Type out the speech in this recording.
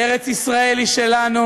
ארץ-ישראל היא שלנו,